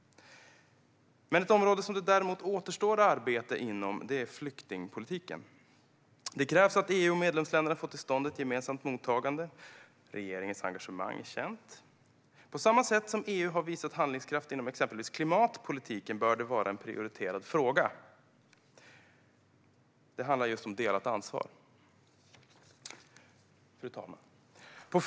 Ett område där det däremot återstår arbete är flyktingpolitiken. Det krävs att EU och medlemsländerna får till stånd ett gemensamt mottagande. Regeringens engagemang är känt. På samma sätt som EU har visat handlingskraft inom exempelvis klimatpolitiken bör detta vara en prioriterad fråga. Det handlar just om delat ansvar. Fru talman!